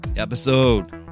episode